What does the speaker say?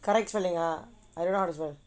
correct spelling ah